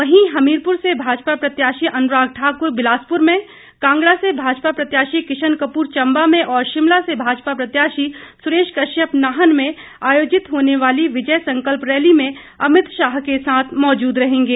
वहीं हमीरपुर से भाजपा प्रत्याशी अनुराग ठाकुर बिलासपुर में कांगड़ा से भाजपा प्रत्याशी किशन कपूर चंबा में शिमला से भाजपा प्रत्याशी सुरेश कश्यप नाहन में आयोजित होने वाली विजय संकल्प रैली में अमित शाह के साथ उपस्थित रहेंगे